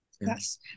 Yes